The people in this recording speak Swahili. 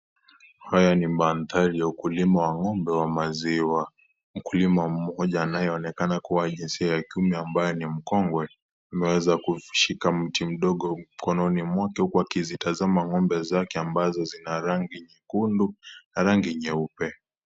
Haya ni mandari ya ukulima wa ngombe wa maziwa mkulima mmoja anayeonekana kuwa wa jinsia ya kiume ambayo ni mkongwe ameweza kushika mti mdogo mkononi mwake huku alitazama ngombe wake ambazo zina rangi nyekundu na rangi nyeupe .